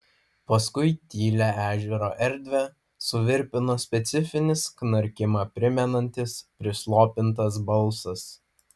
paskui tylią ežero erdvę suvirpino specifinis knarkimą primenantis prislopintas balsas